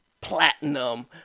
Platinum